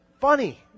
funny